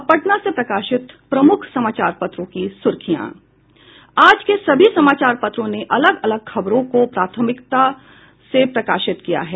अब पटना से प्रकाशित प्रमुख समाचार पत्रों की सुर्खियां आज के सभी समाचार पत्रों ने अलग अलग खबरों को प्रमुखता से प्रकाशित किया है